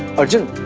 arjun.